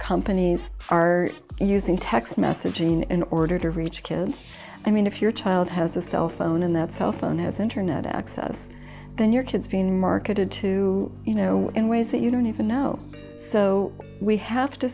companies are using text messaging in an order to reach kids i mean if your child has a cell phone and that cell phone has internet access then your kids being marketed to you know in ways that you don't even know so we have to